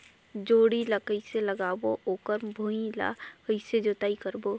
जोणी ला कइसे लगाबो ओकर भुईं ला कइसे जोताई करबो?